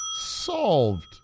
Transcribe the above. solved